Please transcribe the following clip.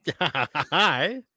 hi